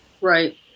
right